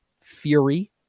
Fury